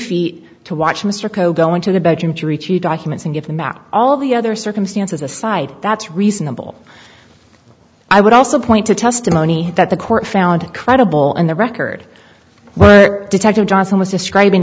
feet to watch mr coe go into the bedroom to reach the documents and give them back all the other circumstances aside that's reasonable i would also point to testimony that the court found credible and the record detective johnson was describing